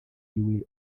will